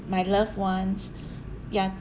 my loved ones ya